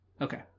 Okay